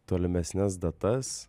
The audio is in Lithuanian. tolimesnes datas